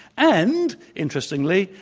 and, interestingly,